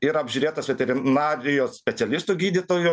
ir apžiūrėtas veterinarijos specialistų gydytojų